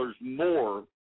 more